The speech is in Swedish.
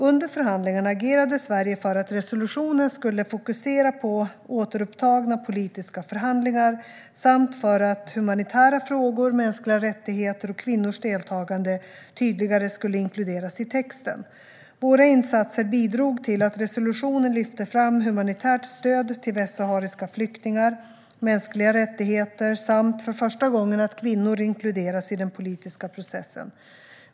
Under förhandlingarna agerade Sverige för att resolutionen skulle fokusera på återupptagna politiska förhandlingar samt för att humanitära frågor, mänskliga rättigheter och kvinnors deltagande tydligare skulle inkluderas i texten. Våra insatser bidrog till att resolutionen lyfte fram humanitärt stöd till västsahariska flyktingar, mänskliga rättigheter samt - för första gången - att kvinnor inkluderas i den politiska processen.